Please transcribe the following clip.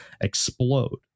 explode